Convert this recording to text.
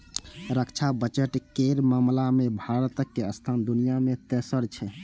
रक्षा बजट केर मामला मे भारतक स्थान दुनिया मे तेसर छै